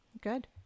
good